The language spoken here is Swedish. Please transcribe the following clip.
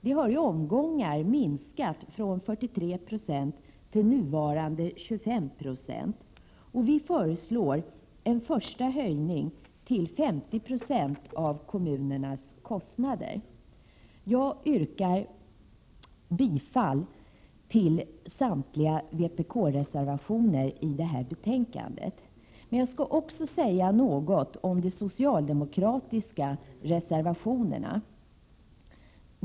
Detta har i omgångar minskat från 43 9 till nuvarande 25 96. Vi föreslår en första höjning till 50 96 av kommunernas kostnader. Jag yrkar bifall till samtliga vpk-reservationer i det här betänkandet. Jag skall också säga något om de socialdemokratiska reservationerna i betänkandet.